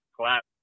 Clap